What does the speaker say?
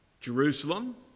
Jerusalem